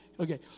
Okay